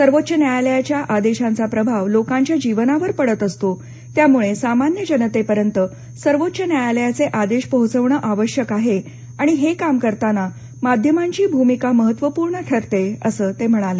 सर्वोच्च न्यायालयाच्या आदेशांचा प्रभाव लोकांच्या जीवनावर पडत असतो त्यामुळे सामान्य जनतेपर्यंत सर्वोच्च न्यायालयाचे आदेश पोहोचवण आवश्यक आहे आणि हे काम करताना माध्यमांची भूमिका महत्त्वपूर्ण ठरते असं ते म्हणाले